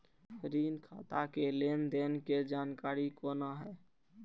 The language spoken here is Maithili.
ऋण खाता के लेन देन के जानकारी कोना हैं?